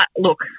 look